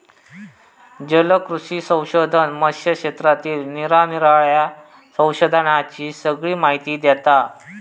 जलकृषी संशोधन मत्स्य क्षेत्रातील निरानिराळ्या संशोधनांची सगळी माहिती देता